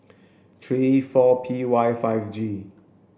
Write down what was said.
three four P Y five G